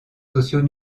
sociaux